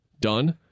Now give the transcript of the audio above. done